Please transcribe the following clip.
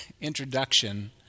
introduction